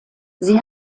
sie